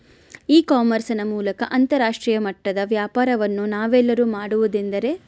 E commerce ನ ಮೂಲಕ ಅಂತರಾಷ್ಟ್ರೇಯ ಮಟ್ಟದ ವ್ಯಾಪಾರವನ್ನು ನಾವೆಲ್ಲರೂ ಮಾಡುವುದೆಂದರೆ?